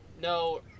No